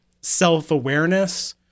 self-awareness